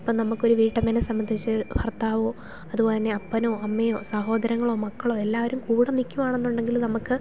ഇപ്പം നമുക്ക് ഒരു വീട്ടമ്മയെ സംബന്ധിച്ചു ഭർത്താവോ അതുപോലെ തന്നെ അപ്പനോ അമ്മയോ സഹോദരങ്ങളോ മക്കളോ എല്ലാവരും കൂടെ നിൽക്കുകയാന്നുണ്ടെങ്കിൽ നമുക്ക്